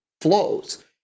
flows